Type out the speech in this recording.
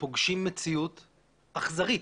פוגשים מציאות אכזרית.